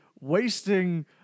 wasting